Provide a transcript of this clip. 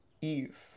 Eve